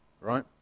right